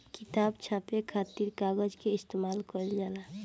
किताब छापे खातिर कागज के इस्तेमाल कईल जाला